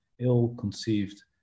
ill-conceived